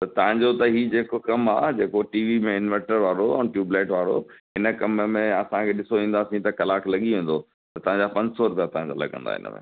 तव्हांजो त ई जेको कमु आहे जेको टी वी में इंवर्टर वारो ऐं ट्यूब्लाइट वारो इन कमु में असांखे ॾिसो ईंदासीं त कलाकु लॻी वेंदो त तव्हांजा पंज सौ रुपया तव्हांजा लॻंदा इन में